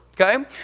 Okay